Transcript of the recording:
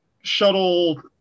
shuttle